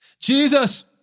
Jesus